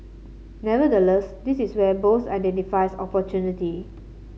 nevertheless this is where Bose identifies opportunity